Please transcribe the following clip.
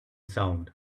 sound